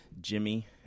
Jimmy